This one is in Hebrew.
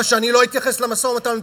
אבל שאני לא אתייחס למשא-ומתן המדיני?